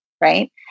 right